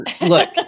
Look